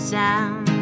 sound